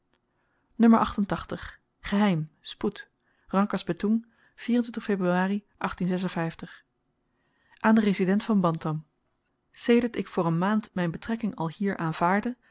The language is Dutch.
n geheim spoed rangkas betoeng februari aan den resident van bantam sedert ik voor een maand myn betrekking alhier aanvaardde